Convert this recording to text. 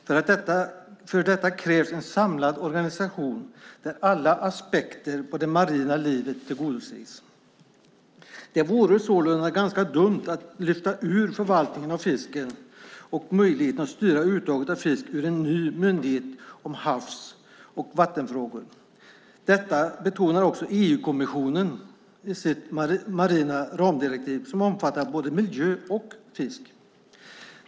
För detta krävs en samlad organisation där alla aspekter på det marina livet tillgodoses. Det vore sålunda ganska dumt att lyfta ut förvaltningen av fisken och möjligheten att styra uttaget av fisk ur en ny myndighet om havs och vattenfrågor. Detta betonar också EU-kommissionen i sitt marina ramdirektiv som omfattar både miljö och fisk.